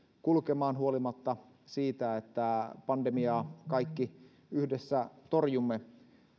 kulkemaan huolimatta siitä että pandemiaa kaikki yhdessä torjumme